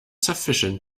sufficient